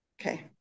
Okay